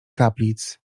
kaplic